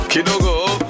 Kidogo